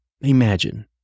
Imagine